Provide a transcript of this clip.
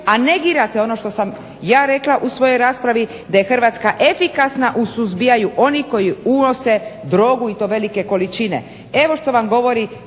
a negirate ono što sam ja rekla u svojoj raspravi da je Hrvatska efikasna u suzbijanju onih koji unose drogu i to velike količine. Evo što vam govori